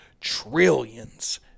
trillions